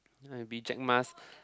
like be Jack-Ma's